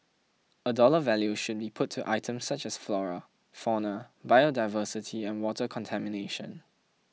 a dollar value should be put to items such as flora fauna biodiversity and water contamination